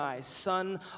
son